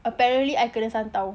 apparently I kena santau